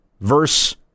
Verse